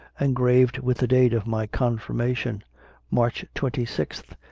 engraved with the date of my confirmation march twenty six,